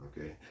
okay